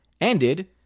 ended